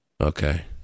Okay